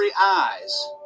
eyes